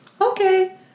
Okay